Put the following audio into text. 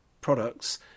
products